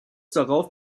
darauf